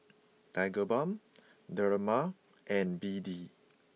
Tigerbalm Dermale and B D